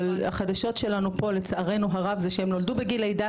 אבל החדשות שלנו פה לצערנו הרב זה שהן נולדו בגיל לידה,